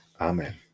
Amen